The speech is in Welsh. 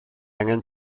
angen